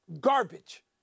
garbage